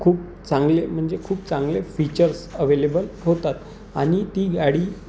खूप चांगले म्हणजे खूप चांगले फीचर्स अवे्लेबल होतात आणि ती गाडी